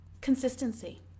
consistency